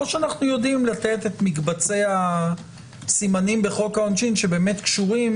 או שאנחנו יודעים לתת את מקבצי הסימנים בחוק העונשין שבאמת קשורים,